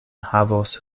havos